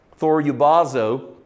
Thorubazo